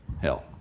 Hell